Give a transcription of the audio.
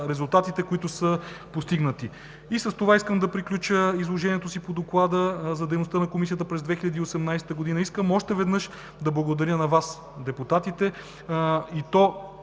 резултатите, които са постигнати. И с това искам да приключа изложението си по Доклада за дейността на Комисията през 2018 г. Искам още веднъж да благодаря на Вас – депутатите, и то